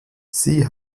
sie